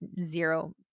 zero